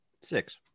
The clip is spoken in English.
Six